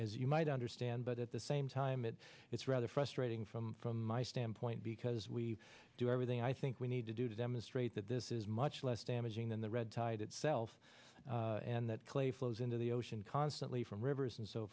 as you might understand but at the same time it it's rather frustrating from from my standpoint because we do everything i think we need to do to demonstrate that this is much less damaging than the red tide itself and that clay flows into the ocean constantly from rivers and so